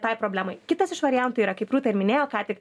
tai problemai kitas iš variantų yra kaip rūta ir minėjo ką tik